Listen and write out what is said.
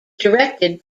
directed